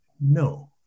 no